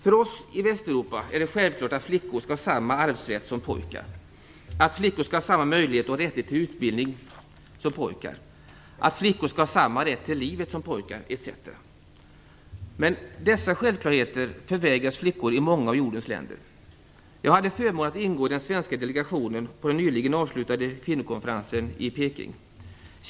För oss i Västeuropa är det självklart att flickor skall ha samma arvsrätt som pojkar, att flickor skall ha samma möjlighet och rättighet till utbildning som pojkar, att flickor skall ha samma rätt till livet som pojkar etc. Men dessa självklarheter förvägras flickor i många av jordens länder. Jag hade förmånen att ingå i den svenska delegationen på den nyligen avslutade kvinnokonferensen i Peking.